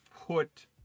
put